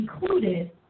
included